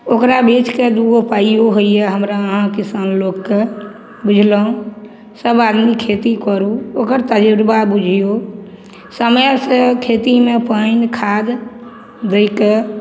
ओकरा बेचिके दुइगो पाइओ होइए हमरा अहाँ किसान लोकके बुझलहुँ सभ आदमी खेती करू ओकर तजुर्बा बुझिऔ समयसे खेतीमे पानि खाद दैके